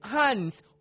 hands